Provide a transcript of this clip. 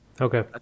Okay